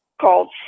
called